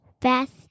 best